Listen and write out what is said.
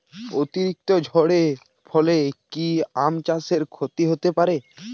অতিরিক্ত ঝড়ের ফলে কি আম চাষে ক্ষতি হতে পারে?